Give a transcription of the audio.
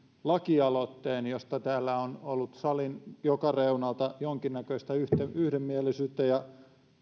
lakialoitteen josta täällä on ollut salin joka reunalta jonkinnäköistä yhdenmielisyyttä ja